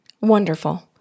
Wonderful